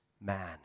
man